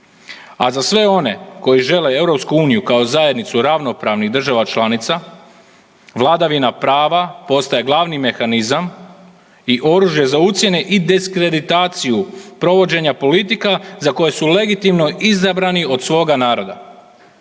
a za sve one koji žele EU kao zajednicu ravnopravnih država članica, vladavina prava postaje glavni mehanizam i oružje za ucjene i diskreditaciju provođenja politika za koje su legitimno izabrani od svoga naroda.